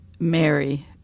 Mary